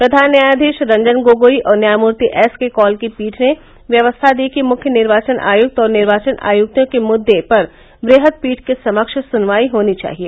प्रधान न्यायाधीश रंजन गोगोई और न्यायमूर्ति एस के कॉल की पीठ ने व्यवस्था दी कि मुख्य निर्वाचन आयक्त और निर्वाचन आयक्तों के मुद्दे पर वृहद पीठ के समक्ष सुनवाई होनी चाहिए